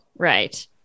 Right